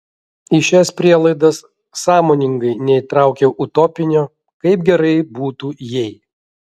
į šias prielaidas sąmoningai neįtraukiau utopinio kaip gerai būtų jei